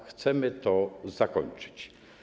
Chcemy to zakończyć.